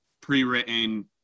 pre-written